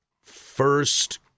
first